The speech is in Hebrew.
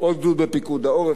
עוד גדוד בפיקוד העורף?